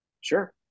sure